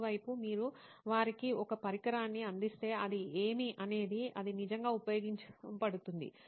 మరోవైపు మీరు వారికి ఒక పరికరాన్ని అందిస్తే అది ఏమి అనేది అది నిజంగా ఉపయోగపడుతుంది